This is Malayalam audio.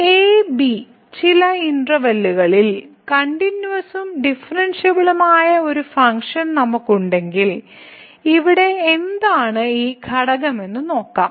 a b ചില ഇന്റർവെല്ലുകളിൽ കണ്ടിന്യൂവസും ഡിഫറെൻഷിയബിളുമായ ഒരു ഫംഗ്ഷൻ നമുക്കുണ്ടെങ്കിൽ ഇവിടെ എന്താണ് ഈ ഘടകമെന്ന് നോക്കാം